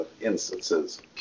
instances